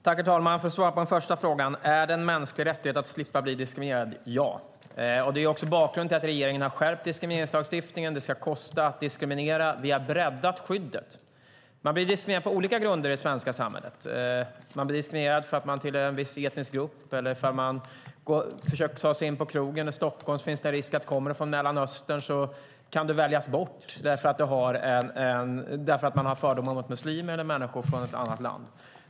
Herr talman! Jag ska svara på den första frågan: Är det en mänsklig rättighet att slippa bli diskriminerad. Svaret är ja. Det är också bakgrunden till att regeringen har skärpt diskrimineringslagstiftningen. Det ska kosta att diskriminera. Vi har breddat skyddet. Man blir diskriminerad på olika grunder i det svenska samhället. Man blir diskriminerad för att man tillhör en viss etnisk grupp. Om man försöker ta sig in på krogen i Stockholm finns det en risk för att man väljs bort om man kommer från Mellanöstern eftersom det finns fördomar mot muslimer eller mot människor från ett annat land.